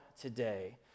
today